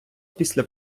після